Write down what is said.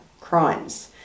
crimes